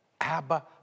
Abba